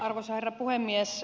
arvoisa herra puhemies